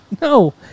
No